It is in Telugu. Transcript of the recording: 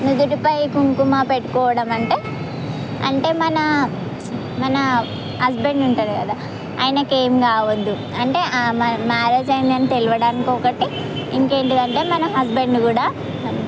నుదుటిపై కుంకుమ పెట్టుకోవడం అంటే అంటే మన మన హస్బెండ్ ఉంటాడు కదా ఆయనకు ఏం కావద్దు అంటే ఆ మ మ్యారేజ్ అయ్యింది అని తెలవడానికి ఒకటి ఇంకెంటిది అంటే మన హస్బెండ్ కూడా